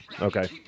okay